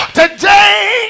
today